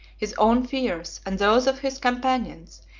his own fears, and those of his companions,